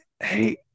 Hey